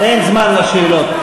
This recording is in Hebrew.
אין זמן לשאלות.